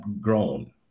grown